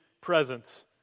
presence